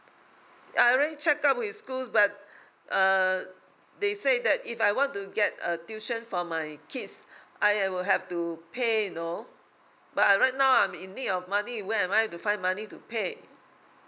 I already checked out with schools but uh they say that if I want to get a tuition for my kids I will have to pay you know but I right now I'm in need of money where am I to find money to pay